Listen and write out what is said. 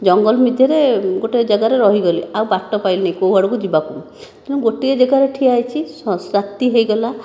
ଜଙ୍ଗଲ ଭିତରେ ଗୋଟିଏ ଜାଗାରେ ରହିଗଲି ଆଉ ବାଟ ପାଇଲିନି କେଉଁ ଆଡ଼କୁ ଯିବାକୁ ଗୋଟିଏ ଜାଗା ରେ ଠିଆ ହୋଇଛି ରାତି ହୋଇଗଲା